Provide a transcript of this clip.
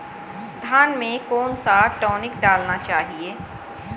धान में कौन सा टॉनिक डालना चाहिए?